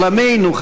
עולמנו,